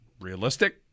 realistic